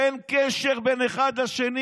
אין קשר בין אחד לשני,